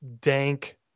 dank